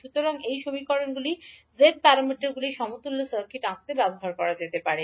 সুতরাং এই সমীকরণগুলি z প্যারামিটারগুলির সমতুল্য সার্কিট আঁকতে ব্যবহার করা যেতে পারে